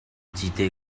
cite